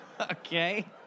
Okay